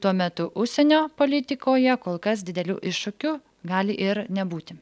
tuo metu užsienio politikoje kol kas didelių iššūkių gali ir nebūti